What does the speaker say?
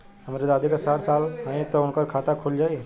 हमरे दादी साढ़ साल क हइ त उनकर खाता खुल जाई?